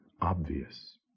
obvious